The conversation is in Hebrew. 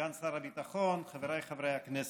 סגן שר הביטחון, חבריי חברי הכנסת,